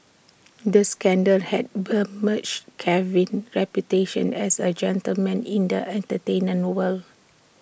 the scandal had besmirched Kevin's reputation as A gentleman in the entertainment world